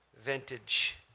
vintage